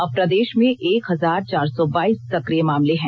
अब प्रदेश में एक हजार चार सौ बाइस सक्रिय मामले हैं